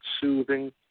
soothing